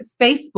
Facebook